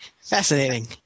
Fascinating